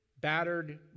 battered